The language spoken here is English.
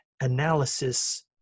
analysis